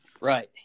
Right